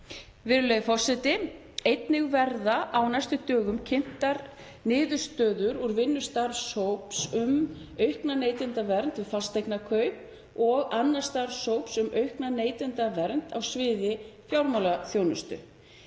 Virðulegur forseti. Einnig verða á næstu dögum kynntar niðurstöður úr vinnu starfshóps um aukna neytendavernd við fasteignakaup og annars starfshóps um aukna neytendavernd á sviði fjármálaþjónustu.